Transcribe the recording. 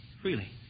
freely